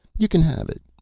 you can have it,